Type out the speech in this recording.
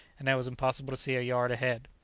and it was impossible to see a yard ahead.